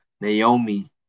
Naomi